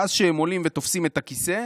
ואז כשהם עולים ותופסים את הכיסא,